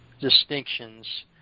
distinctions